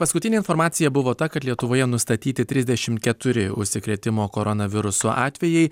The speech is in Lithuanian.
paskutinė informacija buvo ta kad lietuvoje nustatyti trisdešim keturi užsikrėtimo koronavirusu atvejai